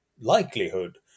likelihood